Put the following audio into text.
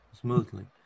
smoothly